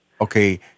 Okay